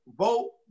vote